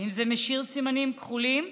האם זה משאיר סימנים כחולים?